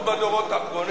התפתחות בדורות האחרונים.